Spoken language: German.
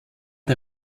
der